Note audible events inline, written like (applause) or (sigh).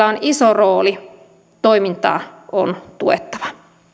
(unintelligible) on iso rooli toimintaa on tuettava